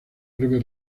breve